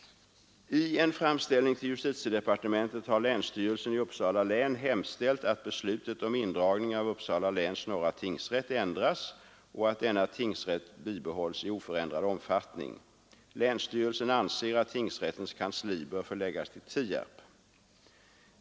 I en framställning till justitiedepartementet har länsstyrelsen i Uppsala län hemställt att beslutet om indragning av Uppsala läns norra tingsrätt ändras och att denna tingsrätt bibehålls i oförändrad omfattning. Länsstyrelsen anser att tingsrättens kansli bör förläggas till Tierp.